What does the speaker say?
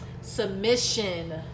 submission